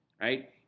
right